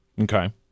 okay